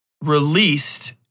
released